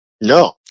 No